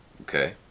Okay